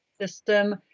system